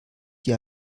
die